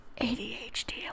ADHD